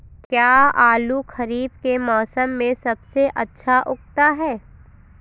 क्या आलू खरीफ के मौसम में सबसे अच्छा उगता है?